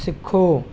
ਸਿੱਖੋ